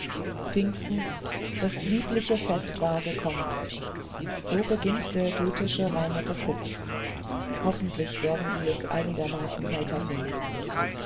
pfingsten das liebliche fest war gekommen so beginnt der goethesche reineke fuchs hoffentlich werden sie es einigermaßen heiter verleben